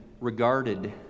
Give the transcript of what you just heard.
regarded